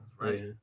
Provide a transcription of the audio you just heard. right